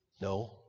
No